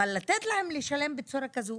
אבל לתת להם לשלם בצורה כזו?